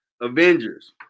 Avengers